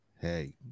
Hey